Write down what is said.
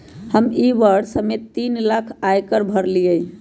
ई वर्ष हम्मे तीन लाख आय कर भरली हई